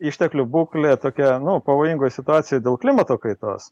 išteklių būklė tokia nu pavojingoj situacijoj dėl klimato kaitos